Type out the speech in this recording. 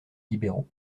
libéraux